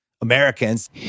Americans